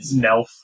Nelf